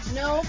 no